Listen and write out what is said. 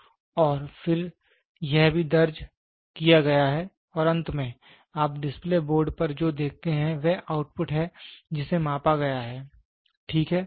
तो और फिर यह भी दर्ज किया गया है और अंत में आप डिस्प्ले बोर्ड पर जो देखते हैं वह आउटपुट है जिसे मापा गया है ठीक है